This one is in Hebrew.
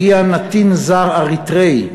הגיע נתין זר אריתריאי,